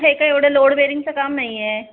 हे काय एवढं लोड बेरिंगचं काम नाही आहे